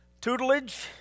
tutelage